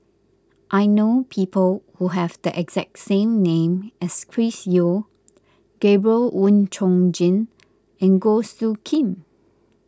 I know people who have the exact same name as Chris Yeo Gabriel Oon Chong Jin and Goh Soo Khim